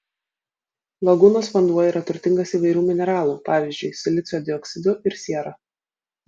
lagūnos vanduo yra turtingas įvairių mineralų pavyzdžiui silicio dioksidu ir siera